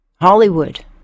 Hollywood